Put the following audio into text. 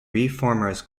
reformers